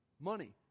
money